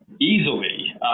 Easily